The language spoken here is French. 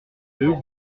eux